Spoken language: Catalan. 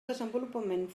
desenvolupament